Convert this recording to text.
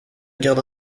guerre